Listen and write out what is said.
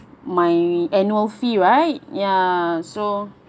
my annual fee right ya so